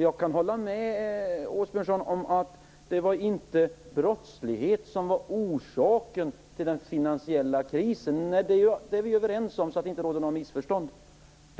Jag kan hålla med Åbjörnsson om att det inte var brottslighet som orsakade den finansiella krisen. Det är vi överens om - därom råder inga tvivel. Orsaken